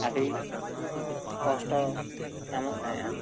ᱟᱹᱰᱤ ᱠᱚᱥᱴᱚ ᱧᱟᱢᱚᱜ ᱛᱟᱦᱮᱸᱜᱼᱟ